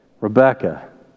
Rebecca